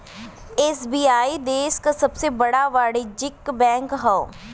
SBI देश क सबसे बड़ा वाणिज्यिक बैंक हौ